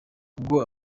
ubwo